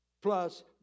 plus